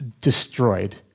destroyed